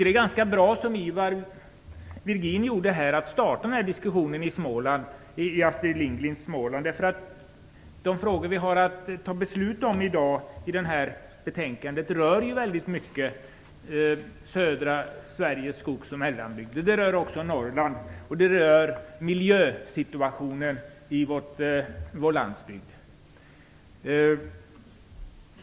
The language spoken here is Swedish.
Det är ganska bra att starta den här diskussionen i Astrid Lindgrens Småland, som Ivar Virgin gjorde. Det betänkande som vi skall fatta beslut om i dag rör till en stor del södra Sveriges skogs och mellanbygder. Det rör också Norrland och miljösituationen i vår landsbygd.